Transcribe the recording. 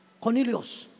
Cornelius